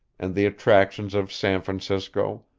and the attractions of san francisco,